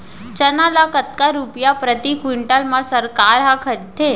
चना ल कतका रुपिया प्रति क्विंटल म सरकार ह खरीदथे?